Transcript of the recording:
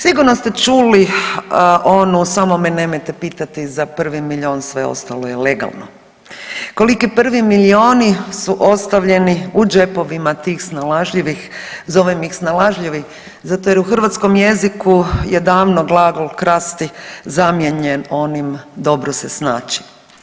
Sigurno ste čuli onu „samo me nemojte pitati za prvi milijun, sve ostalo je legalno“, koliki prvi milijuni su ostavljeni u džepovima tih snalažljivih, zovem ih snalažljivim zato jer u hrvatskom jeziku je davno glagol krasti zamijenjen onim dobro se snaći.